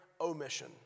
omission